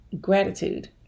gratitude